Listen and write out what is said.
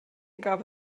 gab